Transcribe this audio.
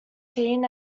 seen